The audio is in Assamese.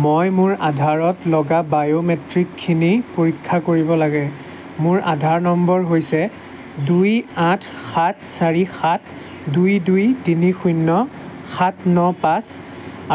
মই মোৰ আধাৰত লগা বায়'মেট্ৰিকখিনি পৰীক্ষা কৰিব লাগে মোৰ আধাৰ নম্বৰ হৈছে দুই আঠ সাত চাৰি সাত দুই দুই তিনি শূন্য সাত ন পাঁচ